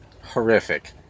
horrific